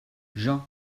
jean